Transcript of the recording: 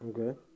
Okay